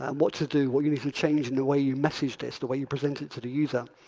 um what to do, what you need to change in the way you message this, the way you present it to the user.